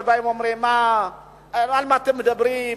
שאומרים: על מה אתם מדברים,